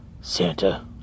Santa